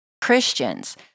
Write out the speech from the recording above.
Christians